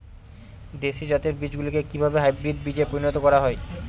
দেশি জাতের বীজগুলিকে কিভাবে হাইব্রিড বীজে পরিণত করা হয়?